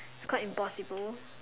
it's quite impossible